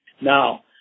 Now